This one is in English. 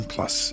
Plus